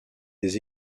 des